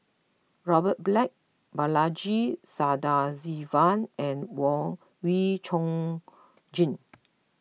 Robert Black Balaji Sadasivan and Wee Chong Jin